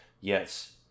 yes